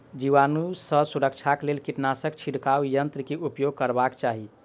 जीवाणु सॅ सुरक्षाक लेल कीटनाशक छिड़काव यन्त्र के उपयोग करबाक चाही